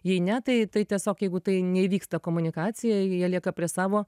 jei ne tai tai tiesiog jeigu tai neįvyksta komunikacija jie lieka prie savo